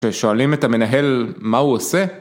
שואלים את המנהל מה הוא עושה?